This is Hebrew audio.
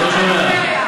לא שומע.